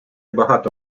багато